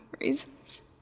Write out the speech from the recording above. reasons